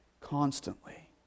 constantly